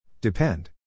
Depend